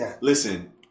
listen